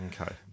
okay